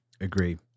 agree